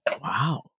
wow